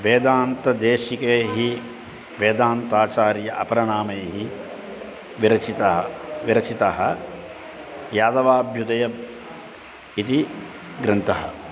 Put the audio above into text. वेदान्तदेशिकैः वेदान्ताचार्येण अपरनाम्ना विरचितः विरचितः यादवाभ्युदयः इति ग्रन्थः